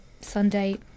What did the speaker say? Sunday